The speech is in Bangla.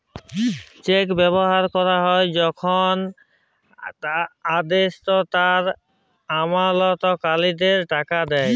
চেক ব্যবহার ক্যরা হ্যয় যখল যে আদেষ্টা তার আমালতকারীকে টাকা দেয়